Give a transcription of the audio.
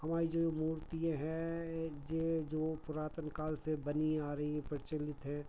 हमारी जो ये मूर्तियाँ हैं ये जो पुरातन काल से बनी आ रही हैं प्रचलित हैं